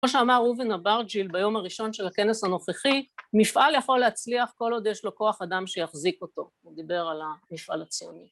כמו שאמר ראובן אברג'יל ביום הראשון של הכנס הנוכחי, מפעל יכול להצליח כל עוד יש לו כוח אדם שיחזיק אותו, הוא דיבר על המפעל הציוני